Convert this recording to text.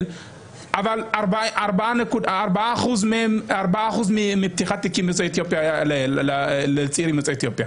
אבל 4 אחוזים פתיחת תיקים לצעירים יוצאי אתיופיה.